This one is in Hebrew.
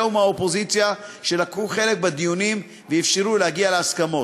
ומהאופוזיציה שלקחו חלק בדיונים ואפשרו להגיע להסכמות.